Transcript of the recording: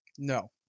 No